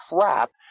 crap